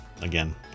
Again